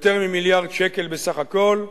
יותר ממיליארד שקל בסך הכול,